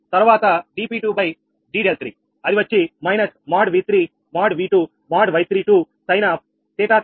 తరువాత dp2d∂3 వచ్చి |𝑉3||𝑉2||𝑌32| sin𝜃32 - 𝛿3 𝛿2 సరేనా